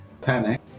Panic